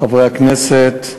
חברי הכנסת,